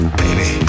baby